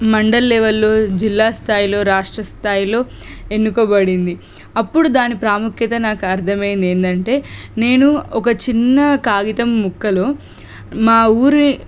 మండల్ లెవెల్లో జిల్లా స్థాయిలో రాష్ట్రస్థాయిలో ఎన్నుకోబడింది అప్పుడు దాని ప్రాముఖ్యత నాకు అర్థమైంది ఏంటంటే నేను ఒక చిన్న కాగితం ముక్కలో మా ఊరి